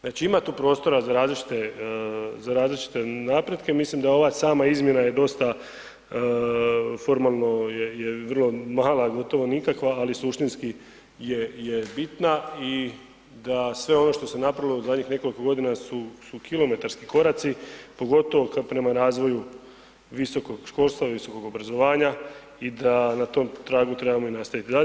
Znači ima tu prostora za različite napretke, mislim da ova sama izmjena je dosta formalno je vrlo mala, gotovo nikakva, ali suštinski je bitna i da sve ono što se napravilo u zadnjih nekoliko godina su kilometarski koraci, pogotovo prema razvoju visokog školstva, visokog obrazovanja i da na tom tragu trebamo nastaviti dalje.